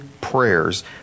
prayers